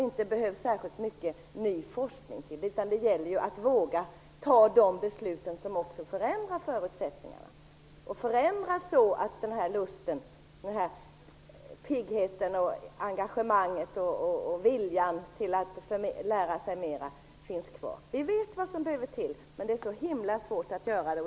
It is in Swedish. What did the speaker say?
Det behövs inte särskilt mycket ny forskning där. Det gäller att våga fatta de beslut som förändrar förutsättningarna så att den här lusten, piggheten, engagemanget och viljan att lära sig mer finns kvar. Vi vet vad som behövs, men det är så svårt att göra det.